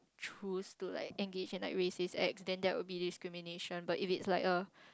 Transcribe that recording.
choose to like engage in like racist acts then that will be discrimination but if it like er